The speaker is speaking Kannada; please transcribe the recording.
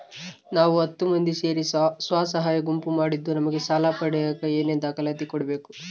ನಾವು ಹತ್ತು ಮಂದಿ ಸೇರಿ ಸ್ವಸಹಾಯ ಗುಂಪು ಮಾಡಿದ್ದೂ ನಮಗೆ ಸಾಲ ಪಡೇಲಿಕ್ಕ ಏನೇನು ದಾಖಲಾತಿ ಕೊಡ್ಬೇಕು?